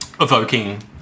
evoking